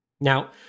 Now